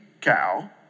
cow